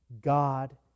God